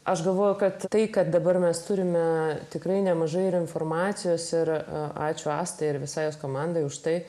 aš galvoju kad tai kad dabar mes turime tikrai nemažai ir informacijos ir ačiū astai ir visai komandai už tai